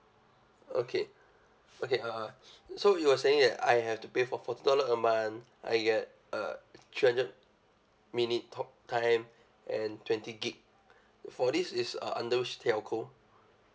okay okay uh so you were saying that I have to pay for forty dollar a month I get uh three hundred minute talk time and twenty gig for this is uh under which telco